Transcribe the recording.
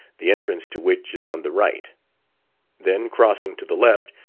the entrance to which is on the right then crossing to the left,